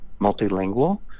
multilingual